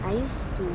I used to